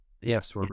yes